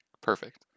Perfect